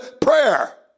Prayer